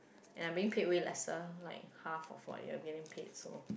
and I being paid with lesser like half or forth you are getting paid so